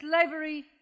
slavery